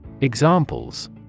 Examples